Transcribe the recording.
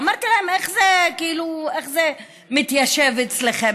אמרתי להם: איך זה מתיישב אצלכם?